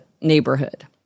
neighborhood